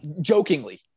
jokingly